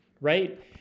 right